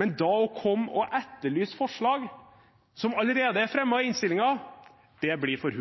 Men da å komme og etterlyse forslag som allerede er fremmet i innstillingen, det blir for